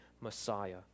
Messiah